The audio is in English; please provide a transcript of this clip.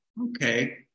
okay